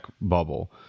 bubble